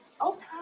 Okay